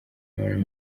imibonano